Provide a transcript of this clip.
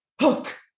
hook